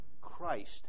Christ